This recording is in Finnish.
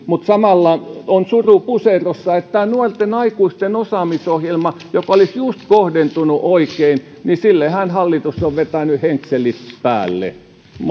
mutta samalla on suru puserossa että tälle nuorten aikuisten osaamisohjelmallehan joka olisi just kohdentunut oikein hallitus on vetänyt henkselit päälle